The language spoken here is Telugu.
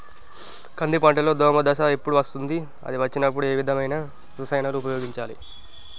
కంది పంటలో దోమ దశ ఎప్పుడు వస్తుంది అది వచ్చినప్పుడు ఏ విధమైన రసాయనాలు ఉపయోగించాలి?